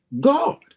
God